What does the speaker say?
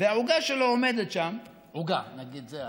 והעוגה שלו עומדת שם, עוגה, נגיד שזו